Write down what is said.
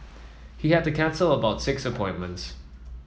he had to cancel about six appointments